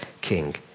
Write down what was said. king